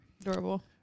Adorable